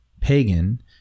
pagan